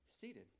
seated